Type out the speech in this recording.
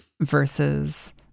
Versus